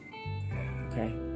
Okay